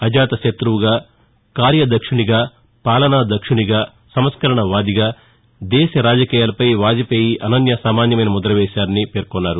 అజాత శృతువుగా కార్యదక్షునిగా పాలనా దక్షునిగా సంస్కరణ వాదిగా దేశ రాజకీయాలపై వాజ్ పేయీ అనన్య సామాన్యమైన ముద్ర వేశారని ఆయన పేర్కొన్నారు